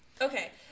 Okay